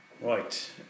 right